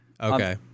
Okay